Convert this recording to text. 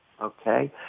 okay